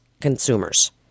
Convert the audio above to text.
consumers